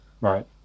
Right